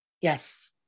Yes